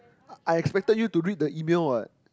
I I expected you to read the email what